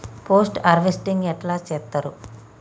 Post harvesting ఎట్ల చేత్తరు?